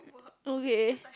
okay